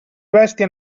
bèstia